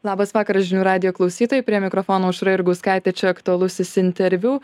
labas vakaras žinių radijo klausytojai prie mikrofono aušra jurgauskaitė čia aktualusis interviu